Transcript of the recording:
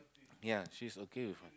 ya she is okay with her